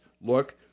look